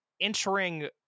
entering